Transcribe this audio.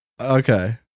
Okay